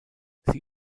sie